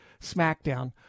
SmackDown